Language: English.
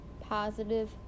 positive